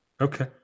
Okay